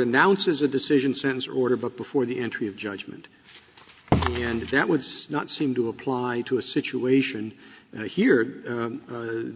announces a decision since order book before the entry of judgment and that would not seem to apply to a situation where here